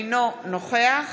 אינו נוכח